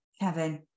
Kevin